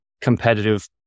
competitive